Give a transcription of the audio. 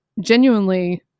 genuinely